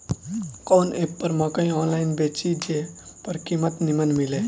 कवन एप पर मकई आनलाइन बेची जे पर कीमत नीमन मिले?